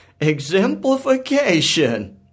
exemplification